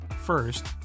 First